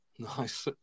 Nice